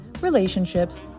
relationships